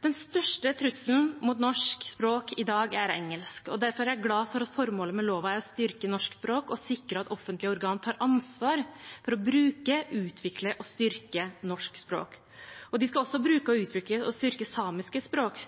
Den største trusselen mot norsk språk i dag er engelsk, og derfor er jeg glad for at formålet med loven er å styrke norsk språk og sikre at offentlige organer tar ansvar for å bruke, utvikle og styrke norsk språk. De skal også bruke, utvikle og styrke samiske språk,